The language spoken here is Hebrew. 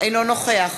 שלי "לא משתתף".